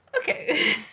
Okay